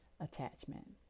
attachment